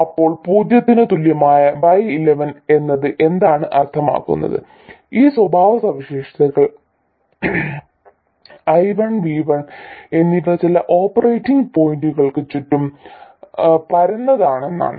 അപ്പോൾ പൂജ്യത്തിന് തുല്യമായ y11 എന്നത് എന്താണ് അർത്ഥമാക്കുന്നത് ഈ സ്വഭാവസവിശേഷതകൾ I1 V1 എന്നിവ ചില ഓപ്പറേറ്റിംഗ് പോയിന്റുകൾക്ക് ചുറ്റും പരന്നതാണെന്നാണ്